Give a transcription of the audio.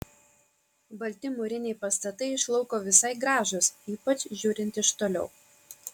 balti mūriniai pastatai iš lauko visai gražūs ypač žiūrint iš toliau